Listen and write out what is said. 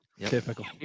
Typical